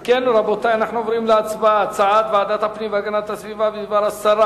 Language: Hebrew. אנחנו עוברים להצבעה על הצעת ועדת הפנים והגנת הסביבה בדבר הסרה